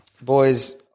Boys